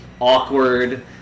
awkward